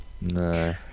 No